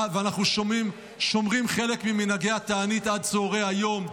ואנחנו שומרים חלק ממנהגי התענית עד צוהרי היום,